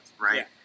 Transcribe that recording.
Right